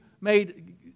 made